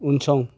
उनसं